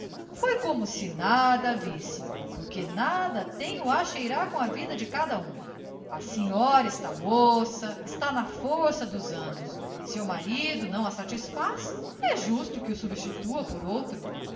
foi como se nada visse porque nada tenho a cheirar com a vida de cada um a senhora está moça está na força dos anos seu marido não a satisfaz é justo que o substitua por outro